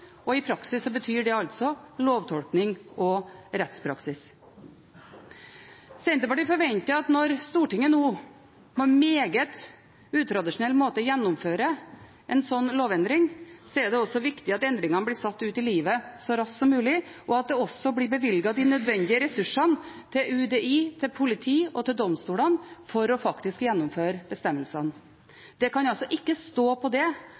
og i praksis betyr det altså lovtolkning og rettspraksis. Senterpartiet forventer at når Stortinget nå på en meget utradisjonell måte gjennomfører en sånn lovendring, er det også viktig at endringene blir satt ut i livet så raskt som mulig, og at det også blir bevilget de nødvendige ressursene til UDI, til politi og til domstolene for faktisk å gjennomføre bestemmelsene. Det kan altså ikke stå på det